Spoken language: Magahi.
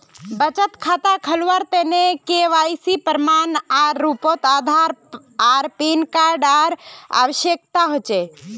बचत खता खोलावार तने के.वाइ.सी प्रमाण एर रूपोत आधार आर पैन कार्ड एर आवश्यकता होचे